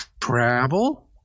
travel